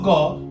God